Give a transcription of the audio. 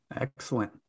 Excellent